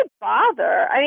bother